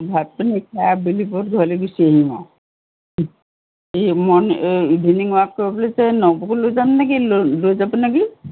ভাত পানি খাই আবেলি পৰত ঘৰলৈ গুচি আহিম আৰু এই ইভিনিং ৱাক কৰিবলৈ যে নবৌকো লৈ যাম নেকি লৈ লৈ যাব নেকি